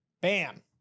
Bam